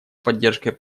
поддержкой